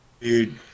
Dude